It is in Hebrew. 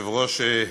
אדוני היושב-ראש,